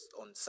on